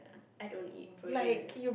I don't eat frozen yoghurt